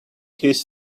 his